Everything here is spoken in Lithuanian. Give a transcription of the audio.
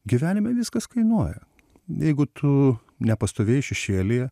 gyvenime viskas kainuoja jeigu tu nepastovėjai šešėlyje